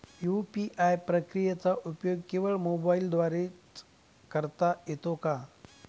UPI प्रक्रियेचा उपयोग केवळ मोबाईलद्वारे च करता येतो का?